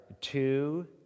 two